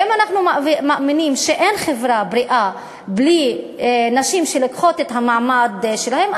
ואם אנחנו מאמינים שאין חברה בריאה בלי נשים שלוקחות את המעמד שלהן,